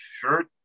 Shirt